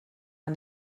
man